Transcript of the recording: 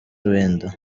wenda